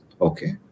okay